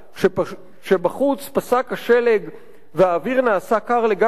כשבחוץ פסק השלג והאוויר נעשה קר לגמרי,